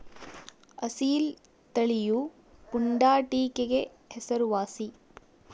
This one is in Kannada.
ಅಸೀಲ್ ತಳಿಯು ಪುಂಡಾಟಿಕೆಗೆ ಹೆಸರುವಾಸಿ